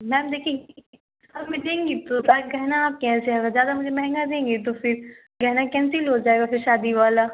ma'am देखिए discount में देंगी तो बैग गहना आपके यहाँ से आएगा ज़्यादा मुझे महँगा देंगी तो फिर गहना कैंसिल हो जाएगा फिर शादी वाला